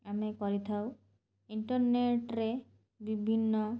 ଆମେ କରିଥାଉ ଇଣ୍ଟରନେଟ୍ରେ ବିଭିନ୍ନ